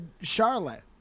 Charlotte